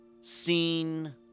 seen